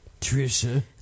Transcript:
Trisha